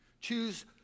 choose